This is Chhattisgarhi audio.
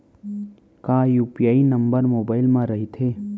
का यू.पी.आई नंबर मोबाइल म रहिथे?